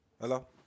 Hello